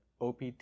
OPT